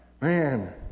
Man